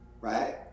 right